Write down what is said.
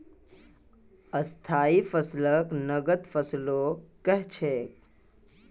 स्थाई फसलक नगद फसलो कह छेक